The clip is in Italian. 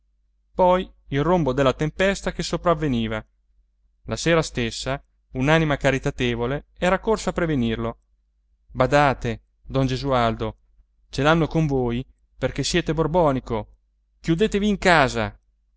poi il rombo della tempesta che sopravveniva la sera stessa un'anima caritatevole era corsa a prevenirlo badate don gesualdo ce l'hanno con voi perché siete borbonico chiudetevi in casa